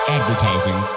Advertising